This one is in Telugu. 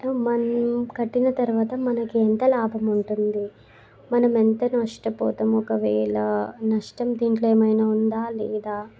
మనం కట్టిన తరువాత మనకి ఎంత లాభం ఉంటుంది మనమెంత నష్టపోతాము ఒకవేళ నష్టం దీనిలో ఏమైనా ఉందా లేదా